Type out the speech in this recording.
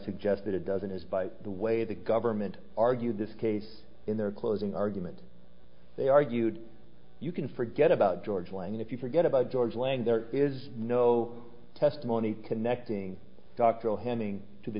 suggest that it doesn't is by the way the government argued this case in their closing argument they argued you can forget about george lang if you forget about george lang there is no testimony connecting doctoral handing to the